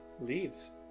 leaves